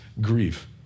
grief